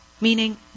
Meaning